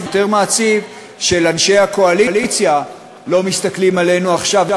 יותר מעציב שאנשי הקואליציה לא מסתכלים עלינו עכשיו.